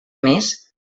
més